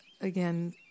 again